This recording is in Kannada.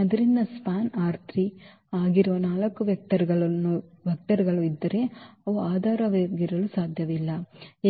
ಆದ್ದರಿಂದ ಸ್ಪ್ಯಾನ್ ಆಗಿರುವ 4 ವೆಕ್ಟರ್ ಗಳು ಇದ್ದರೆ ಅವು ಆಧಾರವಾಗಿರಲು ಸಾಧ್ಯವಿಲ್ಲ